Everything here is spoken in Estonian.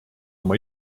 oma